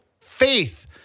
faith